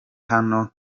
hano